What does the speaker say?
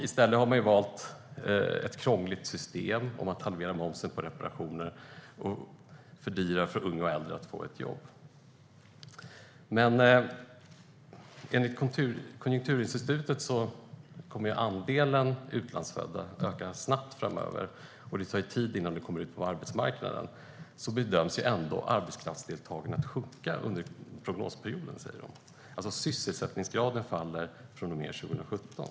I stället har man valt ett krångligt system som handlar om att halvera momsen på reparationer, och man har fördyrat för unga och äldre att få ett jobb. Enligt Konjunkturinstitutet kommer andelen utlandsfödda att öka snabbt framöver, och det tar tid innan de kommer ut på arbetsmarknaden. Ändå bedömer man att arbetskraftsdeltagandet kommer att minska under prognosperioden. Sysselsättningsgraden faller alltså från och med 2017.